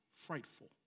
frightful